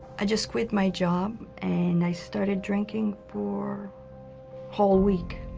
i just quit my job and i started drinking for whole week